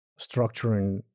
structuring